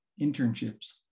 internships